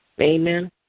Amen